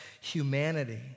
humanity